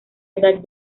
edad